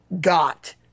got